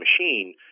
machine